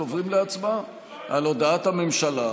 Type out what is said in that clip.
עוברים להצבעה על הודעת הממשלה,